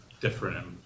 different